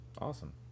awesome